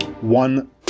one